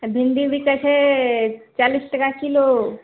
भिन्डी बिकै छै चालीस टाका किलो